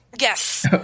Yes